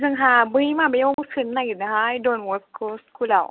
जोंहा बै माबायाव सोनो नागिरदोंहाय डनबस्क' स्कुलाव